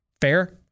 Fair